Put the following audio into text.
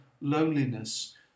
loneliness